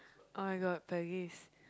oh-my-god